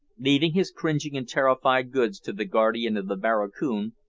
leaving his cringing and terrified goods to the guardian of the barracoon,